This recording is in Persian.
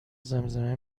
زمزمه